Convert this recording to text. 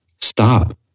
Stop